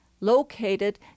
located